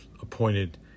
appointed